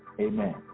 amen